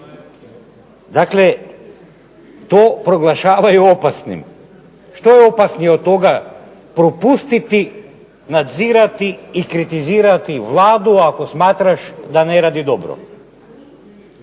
Dakle to proglašavaju opasnim. Što je opasnije od toga propustiti, nadzirati i kritizirati Vladu, ako smatraš da ne radi dobro?